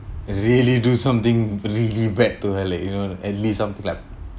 really do something really bad to her like you know at least something like